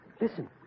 Listen